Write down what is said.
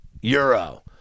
euro